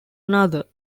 another